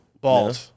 Bald